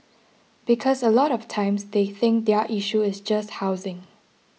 because a lot of times they think their issue is just housing